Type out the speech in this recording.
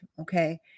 okay